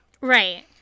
Right